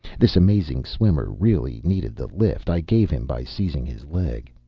this amazing swimmer really needed the lift i gave him by seizing his leg.